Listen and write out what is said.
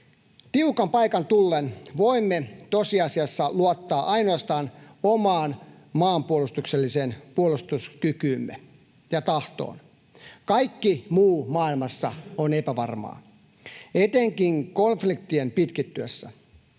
Tiukan paikan tullen voimme tosiasiassa luottaa ainoastaan omaan maanpuolustukselliseen puolustuskykyymme ja -tahtoomme. Kaikki muu maailmassa on epävarmaa, etenkin konfliktien pitkittyessä.